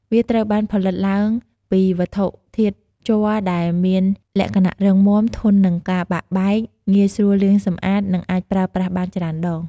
វាត្រូវបានផលិតឡើងពីវត្ថុធាតុជ័រដែលមានលក្ខណៈរឹងមាំ ធន់នឹងការបាក់បែក ងាយស្រួលលាងសម្អាត និងអាចប្រើប្រាស់បានច្រើនដង។